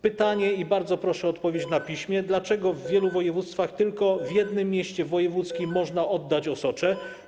Pytanie, bardzo proszę o odpowiedź na piśmie: Dlaczego w wielu województwach tylko w jednym mieście, w wojewódzkim, można oddać osocze?